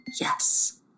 Yes